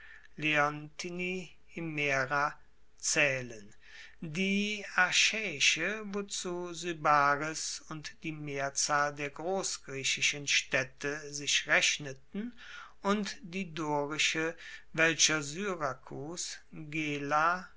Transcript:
zaehlen die achaeische wozu sybaris und die mehrzahl der grossgriechischen staedte sich rechneten und die dorische welcher syrakus